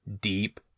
deep